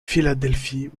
philadelphie